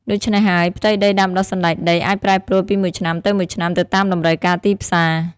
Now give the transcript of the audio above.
ដូច្នេះហើយ ផ្ទៃដីដាំដុះសណ្តែកដីអាចប្រែប្រួលពីមួយឆ្នាំទៅមួយឆ្នាំទៅតាមតម្រូវការទីផ្សារ។